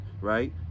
right